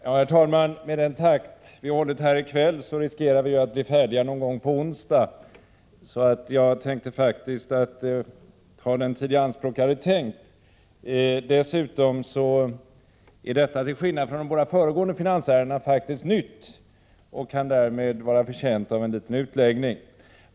Herr talman! Med den takt vi hållit här i kväll riskerar vi att bli färdiga med debatterna någon gång på onsdag. Jag avser därför att i detta ärende ta den tidi anspråk som jag hade tänkt. Dessutom är detta finansärende till skillnad från de båda föregående faktiskt nytt, och det kan därför vara förtjänt av en liten utläggning.